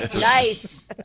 Nice